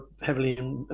heavily